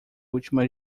última